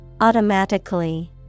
Automatically